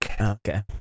Okay